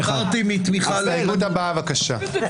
הצבעה מס' 3 בעד ההסתייגות 5 נגד,